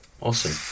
Awesome